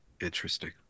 interesting